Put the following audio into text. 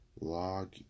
log